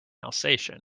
alsatian